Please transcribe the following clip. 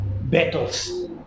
battles